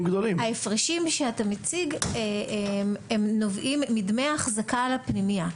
ההפרשים שאתה מציג הם נובעים מדמי אחזקה לפנימייה.